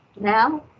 now